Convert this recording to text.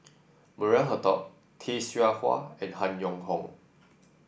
Maria Hertogh Tay Seow Huah and Han Yong Hong